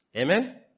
Amen